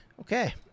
Okay